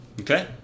Okay